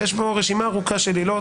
ויש בו רשימה ארוכה של עילות.